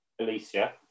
Alicia